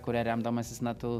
kuria remdamasis na tu